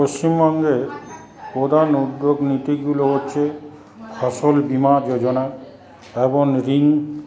পশ্চিমবঙ্গের প্রধান উদ্যোগ নীতিগুলো হচ্ছে ফসল বীমা যোজনা এবং ঋণ